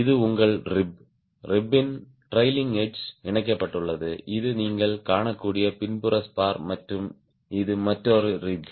இது உங்கள் rib rib ன் ட்ரைலிங் எட்ஜ் இணைக்கப்பட்டுள்ளது இது நீங்கள் காணக்கூடிய பின்புற ஸ்பார் மற்றும் இது மற்றொரு ரிப்